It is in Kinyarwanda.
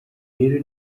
rero